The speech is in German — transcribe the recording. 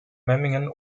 memmingen